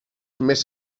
més